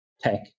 tech